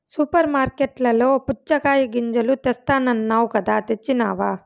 super మార్కట్లలో పుచ్చగాయ గింజలు తెస్తానన్నావ్ కదా తెచ్చినావ